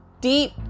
deep